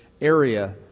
area